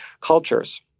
cultures